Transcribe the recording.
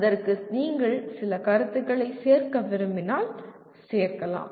அதற்கு நீங்கள் சில கருத்துகளைச் சேர்க்க விரும்பினால் சேர்க்கலாம்